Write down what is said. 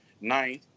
ninth